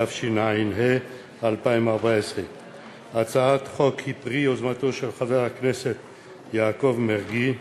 התשע"ה 2014. הצעת החוק היא פרי יוזמתו של חבר הכנסת יעקב מרגי,